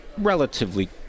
relatively